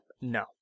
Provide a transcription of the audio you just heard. No